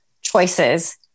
choices